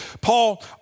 Paul